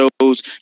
shows